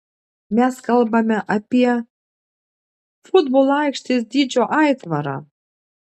mes kalbame apie futbolo aikštės dydžio aitvarą